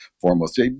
foremost